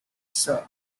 sir